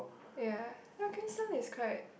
ya okay some is quite